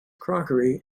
crockery